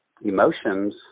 emotions